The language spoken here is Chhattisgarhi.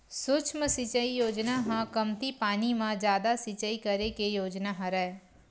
सुक्ष्म सिचई योजना ह कमती पानी म जादा सिचई करे के योजना हरय